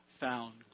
found